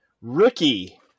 rookie